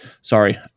sorry